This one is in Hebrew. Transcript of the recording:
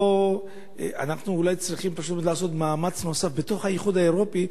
פה אנחנו אולי צריכים פשוט מאוד לעשות מאמץ נוסף בתוך האיחוד האירופי,